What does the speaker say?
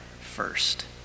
first